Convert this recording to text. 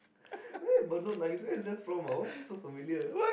why but no lah where is that from why is it so familiar